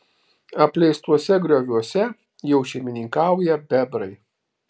apleistuose grioviuose jau šeimininkauja bebrai